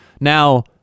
Now